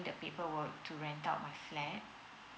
the paperwork to rent out my flat